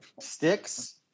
Sticks